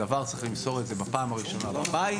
הדוור צריך למסור את זה בפעם הראשונה בבית.